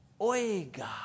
oiga